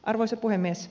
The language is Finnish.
arvoisa puhemies